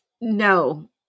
No